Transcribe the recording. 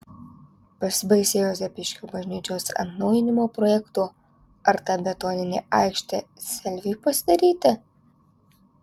pasibaisėjo zapyškio bažnyčios atnaujinimo projektu ar ta betoninė aikštė selfiui pasidaryti